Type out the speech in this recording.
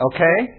Okay